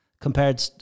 Compared